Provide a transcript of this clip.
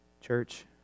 Church